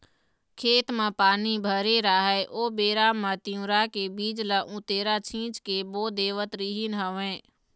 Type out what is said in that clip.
खेत म पानी भरे राहय ओ बेरा म तिंवरा के बीज ल उतेरा छिंच के बो देवत रिहिंन हवँय